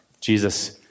Jesus